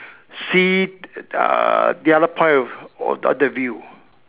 see uh the other point of the other view